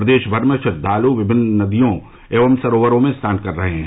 प्रदेश मर में श्रद्धाल विमिन्न नदियों एवं सरोवरो में स्नान कर रहे हैं